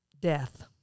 death